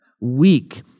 weak